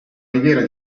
riviera